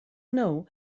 know